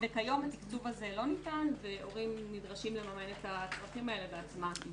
כיום התקצוב הזה לא ניתן והורים נדרשים לממן את הצרכים האלה בעצמם.